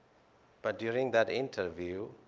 but during that interview,